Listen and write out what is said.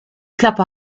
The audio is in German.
klappe